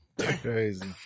crazy